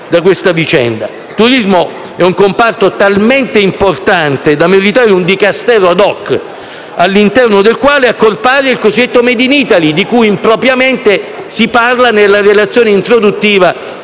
Il turismo è un comparto talmente importante da meritare un Dicastero *ad hoc*, all'interno del quale accorpare il cosiddetto *made in Italy*, di cui impropriamente si parla nella relazione introduttiva